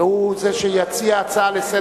הוכרזה הפסקה.